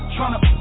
Tryna